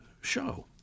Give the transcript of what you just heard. show